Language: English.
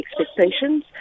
expectations